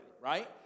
right